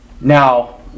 Now